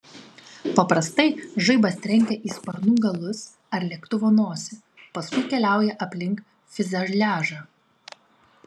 paprastai žaibas trenkia į sparnų galus ar lėktuvo nosį paskui keliauja aplink fiuzeliažą